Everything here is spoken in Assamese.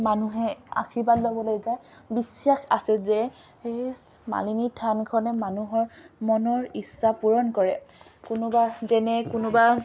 মানুহে আশীৰ্বাদ ল'বলৈ যায় বিশ্বাস আছে যে সেই মালিনীৰ থানখনে মানুহৰ মনৰ ইচ্ছা পূৰণ কৰে কোনোবা যেনে কোনোবা